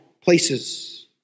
places